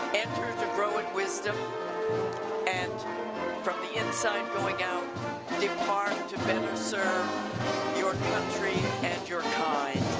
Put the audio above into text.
enter the growing wisdom and from the inside going out depart to better serve your country and your kind.